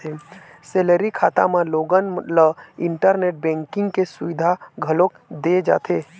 salary खाता म लोगन ल इंटरनेट बेंकिंग के सुबिधा घलोक दे जाथे